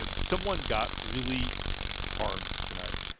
ah someone got really harmed tonight.